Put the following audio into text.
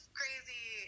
crazy